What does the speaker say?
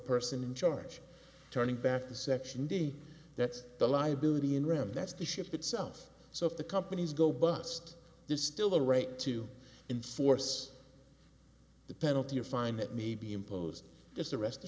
person in charge turning back to section d that's the liability in ram that's the ship itself so if the companies go bust there's still the right to enforce the penalty or fine that may be imposed just arrest